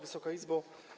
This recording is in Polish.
Wysoka Izbo!